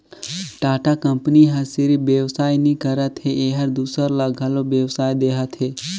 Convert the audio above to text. Tata company ह सिरिफ बेवसाय नी करत हे एहर दूसर ल घलो बेवसाय देहत हे